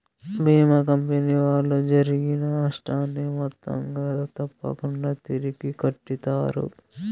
భీమా company వాళ్ళు జరిగిన నష్టాన్ని మొత్తంగా తప్పకుంగా తిరిగి కట్టిత్తారు